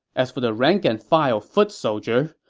as for the rank-and-file foot soldiers,